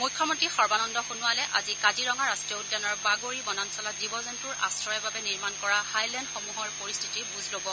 মুখ্যমন্ত্ৰী সৰ্বানন্দ সোণোৱালে আজি কাজিৰঙা ৰাষ্ট্ৰীয় উদ্যানৰ বাগৰি বনাঞ্চলত জীৱ জন্তুৰ আশ্ৰয়ৰ বাবে নিৰ্মাণ কৰা হাইলেণ্ডসমূহৰ পৰিস্থিতিৰ বুজ ল'ব